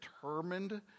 determined